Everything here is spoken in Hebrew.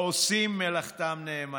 העושים מלאכתם נאמנה.